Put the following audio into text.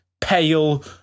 pale